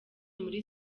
muri